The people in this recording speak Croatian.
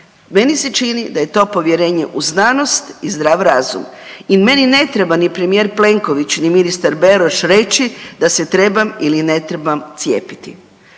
Meni se čini da je to povjerenje u znanost i zdrav razum i meni ne treba ni premijer Plenković ni ministar Beroš reći da se trebam ili ne trebam cijepiti.